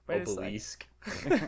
Obelisk